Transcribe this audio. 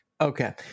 Okay